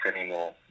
anymore